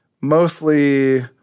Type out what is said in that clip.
mostly